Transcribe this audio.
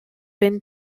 been